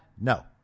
No